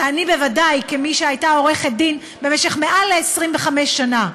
ואני בוודאי, כמי שהייתה עורכת דין מעל 25 שנה,